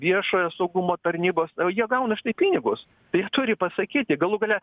viešojo saugumo tarnybos o jie gauna už tai pinigus tai jie turi pasakyti galų gale